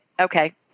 okay